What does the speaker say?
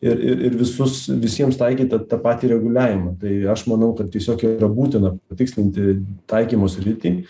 ir ir ir visus visiems taikyti tą patį reguliavimą tai aš manau kad tiesiog yra būtina patikslinti taikymo sritį